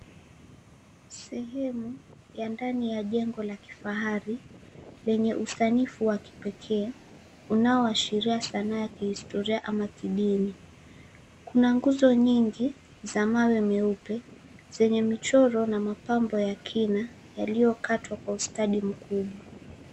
Sehemu, ya ndani ya jengo la kifahari. Yenye usanifu wa kipekee, unaoashiria sanaa ya kihistoria ama kidini. Kuna nguzo nyingi, za mawe meupe zenye michoro na mapambo ya kina, yaliyokatwa kwa ustadi mkubwa.